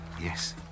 Yes